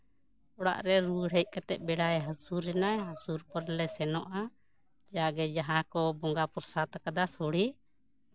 ᱚᱲᱟᱜᱨᱮ ᱨᱩᱣᱟᱹᱲ ᱦᱮᱡ ᱠᱟᱛᱮᱜ ᱵᱮᱲᱟᱭ ᱦᱟᱹᱥᱩᱨ ᱮᱱᱟ ᱦᱟᱹᱥᱩᱨ ᱯᱚᱨᱮ ᱥᱮᱱᱚᱜᱼᱟ ᱡᱟᱜᱮ ᱡᱟᱦᱟᱸ ᱠᱚ ᱵᱚᱸᱜᱟ ᱯᱨᱚᱥᱟᱫ ᱠᱟᱫᱟ ᱥᱳᱲᱮ